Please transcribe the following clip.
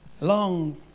long